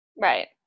Right